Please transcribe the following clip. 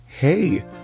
Hey